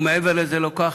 ומעבר לזה לא כך,